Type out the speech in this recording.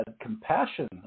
compassion